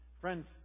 Friends